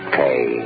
pay